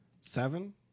Seven